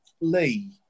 Lee